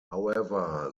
however